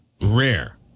rare